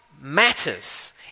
matters